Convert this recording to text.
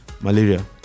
malaria